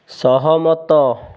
ସହମତ